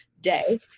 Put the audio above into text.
day